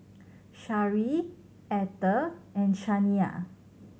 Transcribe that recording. Shari Ether and Shaniya